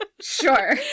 Sure